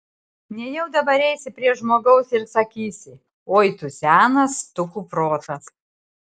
nejau dabar eisi prie žmogaus ir sakysi oi tu senas tu kuprotas